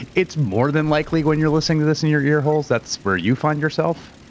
and it's more than likely when you're listening to this in your ear holes that's where you find yourself.